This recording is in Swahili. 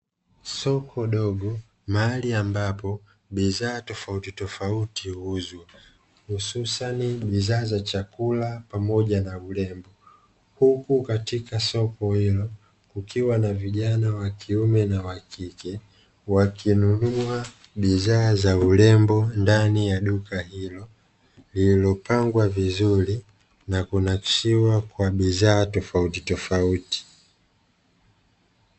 Soko dogo mahali ambapo bidhaa tofauti tofauti huuuzwa hususani bidhaa za chakula pamoja na urembo, huku katika soko hilo kukiwa na vijana wa kiume na wa kike wakinunua bidhaa za urembo ndani ya duka hilo; lililopangwa vizuri na kunakshiwa kwa bidhaa tofauti tofauti.